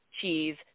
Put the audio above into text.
cheese